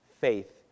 faith